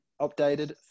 updated